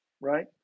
right